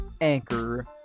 Anchor